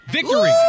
Victory